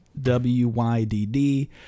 WYDD